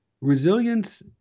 resilience